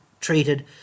treated